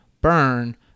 Burn